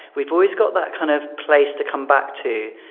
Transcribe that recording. we've always got that kind of place to come back to.